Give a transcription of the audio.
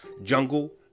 Jungle